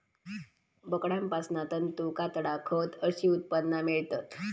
बोकडांपासना तंतू, कातडा, खत अशी उत्पादना मेळतत